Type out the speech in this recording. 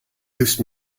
hilfst